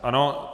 Ano.